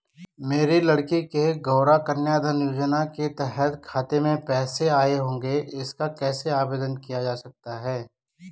मेरी लड़की के गौंरा कन्याधन योजना के तहत खाते में पैसे आए होंगे इसका कैसे आवेदन किया जा सकता है?